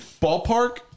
Ballpark